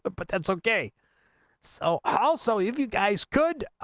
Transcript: but but that's ok eight so also if you guys good